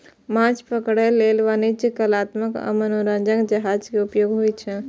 माछ पकड़ै लेल वाणिज्यिक, कलात्मक आ मनोरंजक जहाज के उपयोग होइ छै